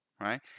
right